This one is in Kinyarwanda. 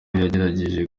yagerageje